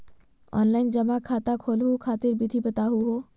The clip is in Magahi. ऑनलाइन जमा खाता खोलहु खातिर विधि बताहु हो?